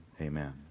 amen